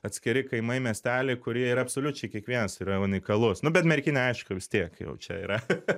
atskiri kaimai miesteliai kurie yra absoliučiai kiekvienas yra unikalus nu bet merkinė aišku vis tiek jau čia yra